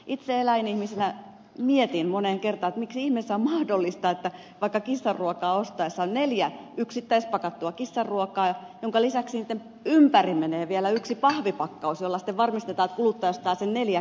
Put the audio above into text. itse eläinihmisenä mietin moneen kertaan miksi ihmeessä on mahdollista että vaikka kissanruokaa ostaessa on neljä yksittäispakattua kissanruokaa niin sen lisäksi niitten ympäri menee vielä yksi pahvipakkaus jolla sitten varmistetaan että kuluttaja ostaa ne neljä kerralla